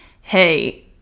hey